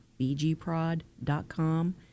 bgprod.com